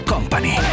Company